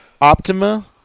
optima